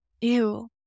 Ew